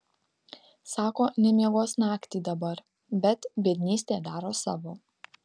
sako nemiegos naktį dabar bet biednystė daro savo